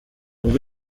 ubwo